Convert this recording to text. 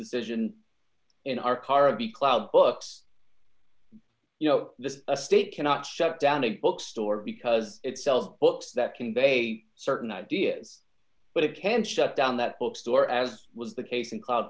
decision in our car of the cloud books you know just a state cannot shut down a bookstore because it sells books that can be a certain ideas but it can shut down that bookstore as was the case in club